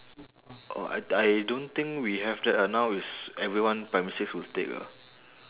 oh I I don't think we have that ah now is everyone primary six will take ah